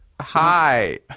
hi